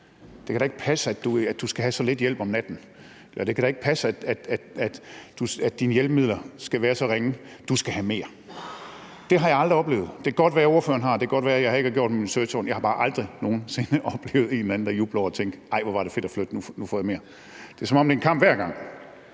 det kan da ikke passe, at du skal have så lidt hjælp om natten, det kan da ikke passe, at dine hjælpemidler skal være så ringe – du skal have mere. Det har jeg aldrig oplevet. Det kan godt være, ordføreren har, og det kan godt være, at jeg ikke har gjort min research ordentligt, men jeg har bare aldrig nogen sinde oplevet en eller anden, der jubler over at tænke: Ej, hvor var det fedt at flytte, nu får jeg mere. Det er, som om det er en kamp hver gang.